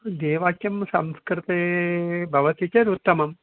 ध्येयवाक्यं संस्कृते भवति चेत् उत्तमम्